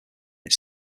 its